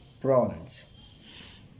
prawns